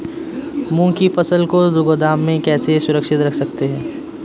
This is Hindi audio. मूंग की फसल को गोदाम में कैसे सुरक्षित रख सकते हैं?